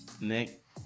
Nick